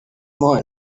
more